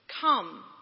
come